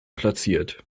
platziert